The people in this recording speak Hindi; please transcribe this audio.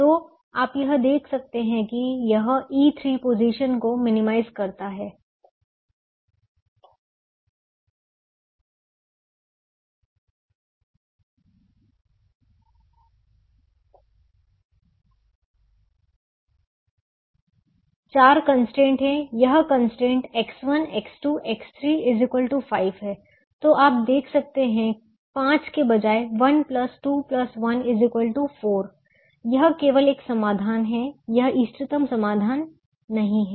तो आप यह देख सकते हैं कि यह E3 पोजीशन को मिनिमाइज करता है चार कंस्ट्रेंट हैं यह कंस्ट्रेंट X1X2X3 5 है तो आप देख सकते हैं 5 के बजाय 1 2 1 4 यह केवल एक समाधान है यह इष्टतम समाधान नहीं है